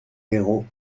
héros